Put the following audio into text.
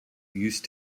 used